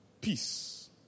Peace